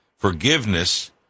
Forgiveness